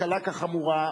קלה כחמורה,